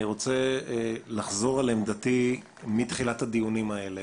אני רוצה לחזור על עמדתי מתחילת הדיונים האלה.